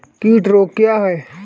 कीट रोग क्या है?